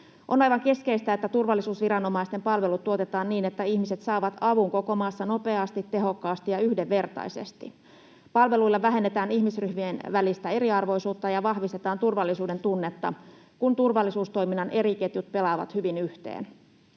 On aivan keskeistä, että turvallisuusviranomaisten palvelut tuotetaan niin, että ihmiset saavat avun koko maassa nopeasti, tehokkaasti ja yhdenvertaisesti. Palveluilla vähennetään ihmisryhmien välistä eriarvoisuutta ja vahvistetaan turvallisuudentunnetta, kun turvallisuustoiminnan eri ketjut pelaavat hyvin yhteen.